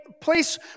place